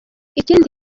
ikindi